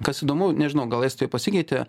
kas įdomu nežinau gal estijoj pasikeitė